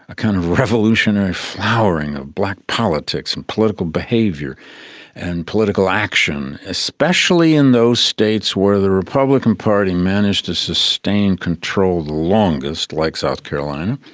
a kind of revolutionary flowering of black politics and political behaviour and political action, especially in those states where the republican party managed to sustain control the longest, like south carolina,